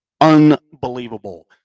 unbelievable